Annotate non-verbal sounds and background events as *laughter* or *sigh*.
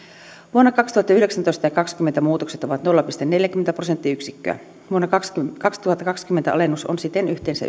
vuosina kaksituhattayhdeksäntoista ja kaksituhattakaksikymmentä muutokset ovat nolla pilkku neljäkymmentä prosenttiyksikköä vuonna kaksituhattakaksikymmentä alennus on siten yhteensä *unintelligible*